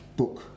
book